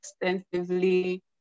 extensively